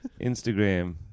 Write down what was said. Instagram